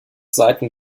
seiten